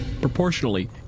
Proportionally